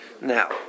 now